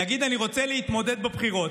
יגיד: אני רוצה להתמודד בבחירות,